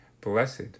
Blessed